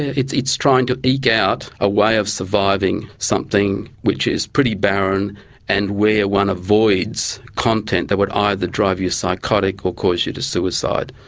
it's it's trying to eke out a way of surviving something which is pretty barren and where one avoids content that would either drive you psychotic or cause you to suicide.